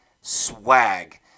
swag